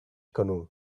canoe